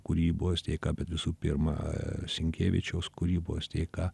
kūrybos dėka bet visų pirma sinkievičiaus kūrybos dėka